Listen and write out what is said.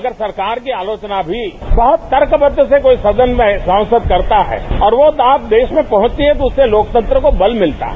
अगर सरकार की आलोचना भी बहुत तर्कबद्व से कोई सदन में सांसद करता है और वो बात देश में पहुंचती है तो लोकतंत्र को बल मिलता है